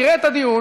תראה את הדיון,